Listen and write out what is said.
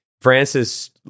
Francis